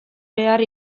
behar